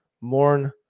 mourn